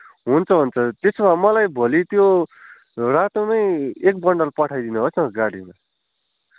हुन्छ हुन्छ त्यसो भए मलाई भेलि त्यो रातोमै एक बन्डल पठाइदिनुहोस् न गाडीमा